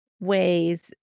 ways